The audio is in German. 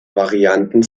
varianten